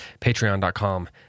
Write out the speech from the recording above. patreon.com